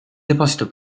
deposito